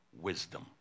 wisdom